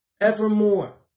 Evermore